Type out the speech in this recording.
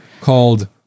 Called